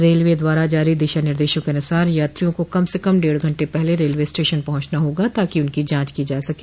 railway द्वारा जारी दिशा निर्देशों के अनुसार यात्रिया को कम से कम डेढ़ घंटे पहले रेलवे स्टेशन पहुंचना होगा ताकि उनकी जांच की जा सके